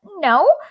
no